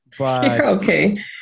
Okay